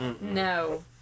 No